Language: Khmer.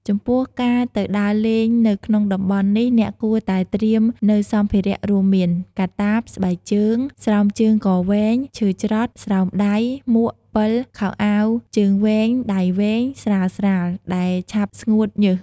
ចំពោះការទៅដើរលេងនៅក្នុងតំបន់នេះអ្នកគួរតែត្រៀមនៅសម្ភារៈរួមមាន កាតាប ស្បែកជើង ស្រោមជើងកវែង ឈើច្រត់ ស្រោមដៃ មួក ពិល ខោអាវជើងវែងដៃវែង ស្រាលៗ ដែលឆាប់ស្ងួតញើស។